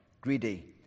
greedy